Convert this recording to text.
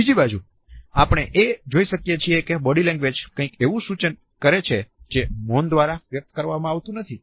બીજી બાજુ આપણે એ જોઈ શકીએ છીએ કે બોડી લેંગ્વેજ કંઈક એવું સૂચન કરે છે જે મૌન દ્વારા વ્યક્ત કરવામાં આવતુ નથી